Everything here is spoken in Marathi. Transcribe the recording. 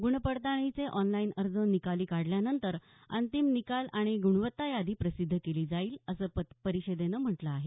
ग्णपडताळणीचे ऑनलाईन अर्ज निकाली काढल्यानंतर अंतिम निकाल आणि गुणवत्ता यादी प्रसिद्ध केली जाईल असं परिषदेनं म्हटलं आहे